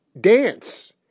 dance